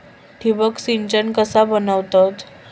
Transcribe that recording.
ठिबक सिंचन कसा बनवतत?